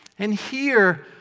and here,